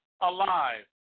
alive